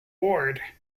ward